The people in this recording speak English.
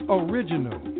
original